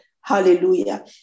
hallelujah